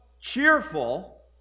cheerful